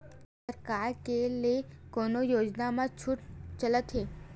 का सरकार के ले कोनो योजना म छुट चलत हे?